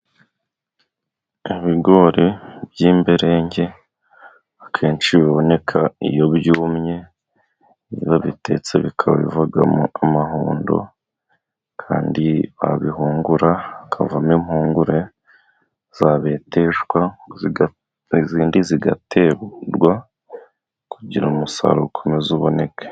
Ibigori by'imberenge akenshi biboneka iyo byumye, iyo babitetse bikaba bivamo amahundo, kandi babihungura hakavamo impungure zabeteshwa, izindi zigaterwa kugira ngo umusaruro ukomeza uboneke.